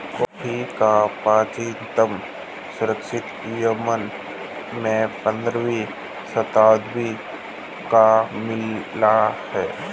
coffee का प्राचीनतम साक्ष्य यमन में पंद्रहवी शताब्दी का मिला है